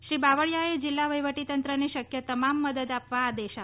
શ્રી બાવળિયાએ જિલ્લા વહીવટીતંત્રને શક્ય તમામ મદદ આપવા આદેશ આપ્યો હતો